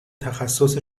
تخصص